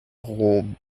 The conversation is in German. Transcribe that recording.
rom